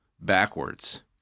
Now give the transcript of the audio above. backwards